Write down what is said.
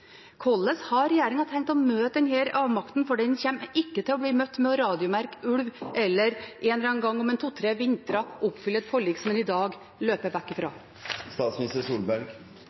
Hvordan har regjeringen tenkt å møte denne avmakten? For den kommer ikke til å bli møtt ved å radiomerke ulv eller ved å, en eller annen gang om en to–tre vintre, oppfylle et forlik som en i dag løper vekk